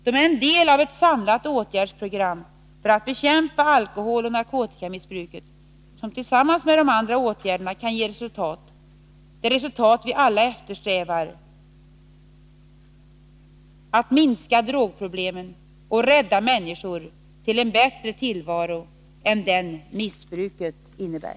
De är en del av ett samlat åtgärdsprogram för att bekämpa alkoholoch narkotikamissbruket, som tillsammans med de andra åtgärderna kan ge resultat — det resultat vi alla eftersträvar: att minska drogproblemen och rädda människor till en bättre tillvaro än den missbruket innebär.